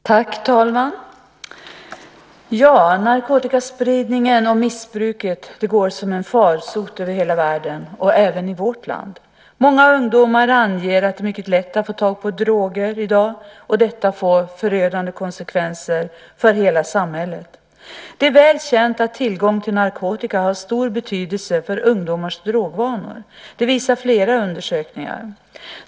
Herr talman! Narkotikaspridningen och missbruket går som en farsot över hela världen - även i vårt land. Många ungdomar anger att det är mycket lätt att få tag på droger i dag, och detta får förödande konsekvenser för hela samhället. Det är väl känt att tillgång till narkotika har stor betydelse för ungdomars drogvanor. Det visar flera undersökningar.